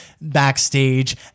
backstage